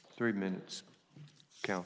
three minutes count